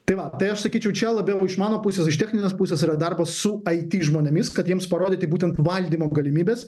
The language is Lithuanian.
tai va tai aš sakyčiau čia labiau iš mano pusės iš techninės pusės yra darbas su it žmonėmis kad jiems parodyti būtent valdymo galimybes